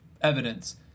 evidence